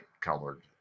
colored